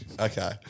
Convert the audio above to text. Okay